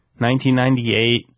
1998